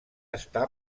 està